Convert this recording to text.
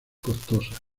costosa